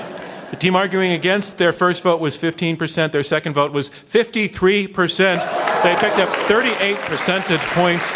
the team arguing against, their first vote was fifteen percent, their second vote was fifty three percent. they pick up thirty eight percentage points.